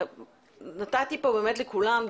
נתתי פה באמת לכולם,